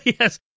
Yes